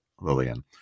Lillian